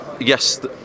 yes